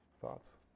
Thoughts